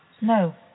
No